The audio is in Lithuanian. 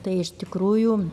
tai iš tikrųjų